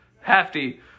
hefty